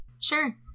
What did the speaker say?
Sure